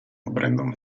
brandon